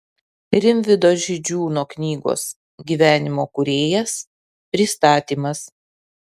rimvydo židžiūno knygos gyvenimo kūrėjas pristatymas